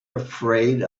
afraid